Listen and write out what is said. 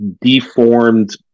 deformed